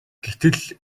гэтэл